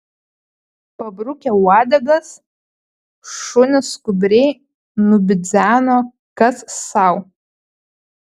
pabrukę uodegas šunys skubriai nubidzeno kas sau